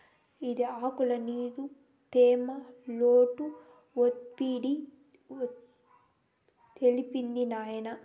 ఇది ఆకుల్ల నీరు, తేమ, లోటు ఒత్తిడిని చెప్తాది నాయినా